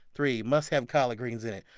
three, must have collard greens in it.